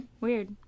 Weird